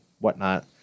whatnot